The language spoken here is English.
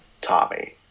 Tommy